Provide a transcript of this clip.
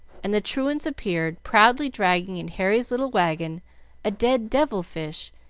and the truants appeared, proudly dragging in harry's little wagon a dead devil-fish,